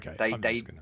Okay